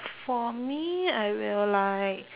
for me I will like